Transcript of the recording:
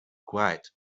quiet